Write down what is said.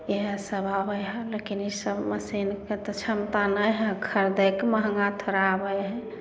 इहए सब आबै हइ लेकिन इसब मशीनके तऽ क्षमता नहि हइ खरिदैके महंगा थोड़ा आबै हइ